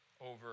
over